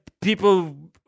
people